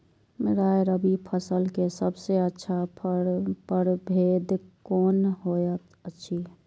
राय रबि फसल के सबसे अच्छा परभेद कोन होयत अछि?